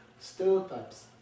stereotypes